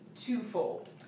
twofold